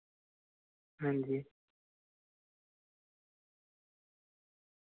हांजी